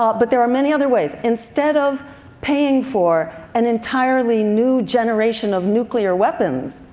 um but there are many other ways, instead of paying for an entirely new generation of nuclear weapons,